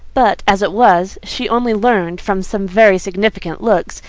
but, as it was, she only learned, from some very significant looks,